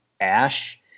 ash